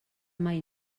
mai